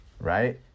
right